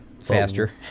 faster